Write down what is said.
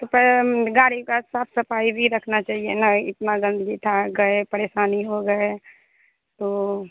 तो गाड़ी का साफ सफाई भी रखना चाहिए न इतना गंदगी था गए परेशानी हो गए तो